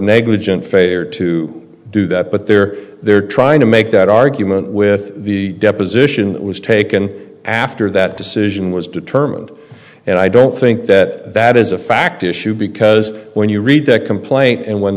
negligent failure to do that but they're they're trying to make that argument with the deposition that was taken after that decision was determined and i don't think that that is a fact issue because when you read that complaint and when